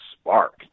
Spark